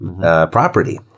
property